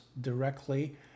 directly